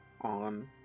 on